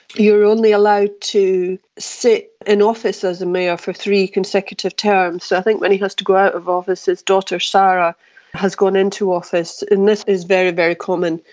you're only allowed to sit in office as a mayor for three consecutive terms, so i think when he has to go out of office his daughter sara has gone into office, and this is very, very common.